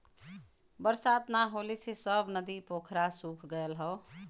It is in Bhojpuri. बरसात ना होले से सब नदी पोखरा सूख गयल हौ